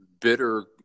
bitter